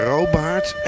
Robaard